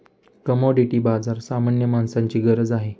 commodity बाजार सामान्य माणसाची गरज आहे